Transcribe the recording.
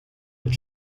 that